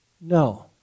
No